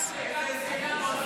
שוואיה-שוואיה.